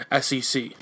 SEC